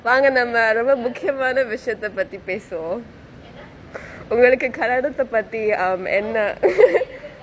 வாங்கே நம்ம ரொம்ப முக்கியமான விஷயத்தே பத்தி பேசுவோ உங்களுக்கு கல்யாணத்தே பத்தி:vangae nambe rombe mukkiyamaane vishayathe pathi pesuvo ungaluku kalyanethae patthi er mm என்ன:enna